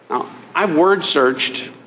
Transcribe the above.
oh i've word searched.